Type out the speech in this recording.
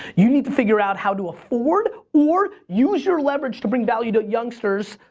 you need to figure out how to afford or use your leverage to bring value to youngsters,